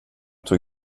tog